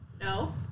No